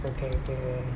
okay okay